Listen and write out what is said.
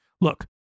Look